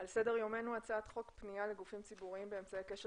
על סדר היום הצעת חוק פנייה לגופים ציבוריים באמצעי קשר